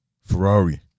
Ferrari